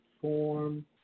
form